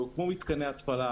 הוקמו מתקני התפלה,